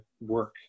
work